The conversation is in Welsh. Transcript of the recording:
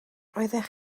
roeddech